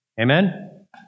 Amen